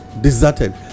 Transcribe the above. deserted